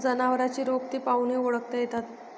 जनावरांचे रोग ते पाहूनही ओळखता येतात